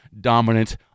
dominant